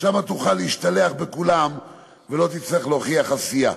שם תוכל להשתלח בכולם ולא תצטרך להוכיח עשייה.